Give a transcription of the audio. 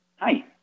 Hi